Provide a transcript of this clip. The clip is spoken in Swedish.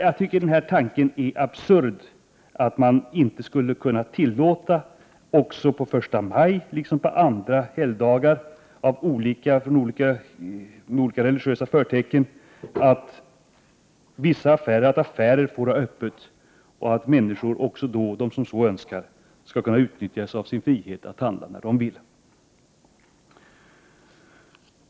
Jag tycker att det är en absurd tanke att man inte på första maj liksom på andra helgdagar med olika religiösa förtecken skulle tillåta affärerna att ha öppet, så att de som så önskar kan utnyttja sin frihet att handla när de vill.